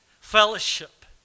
fellowship